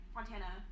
Fontana